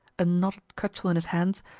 a knotted cudgel in his hands,